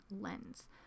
lens